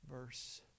verse